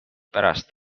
pärast